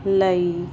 ਲਈ